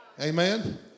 Amen